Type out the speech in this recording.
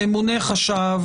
הממונה חשב,